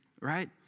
right